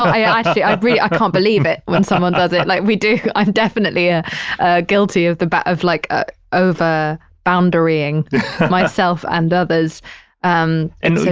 i can't, i actually, i really can't believe it when someone does it like we do. i'm definitely ah ah guilty of the ba, of like a over boundaring myself and others um and so